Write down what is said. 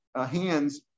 hands